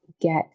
get